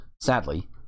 sadly